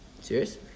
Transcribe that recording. Serious